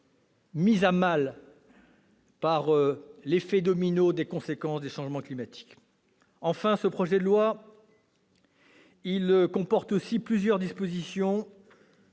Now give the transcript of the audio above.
mis à mal par l'effet domino des conséquences des changements climatiques. Ce projet de loi comporte aussi plusieurs dispositions